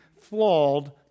flawed